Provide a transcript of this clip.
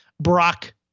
Brock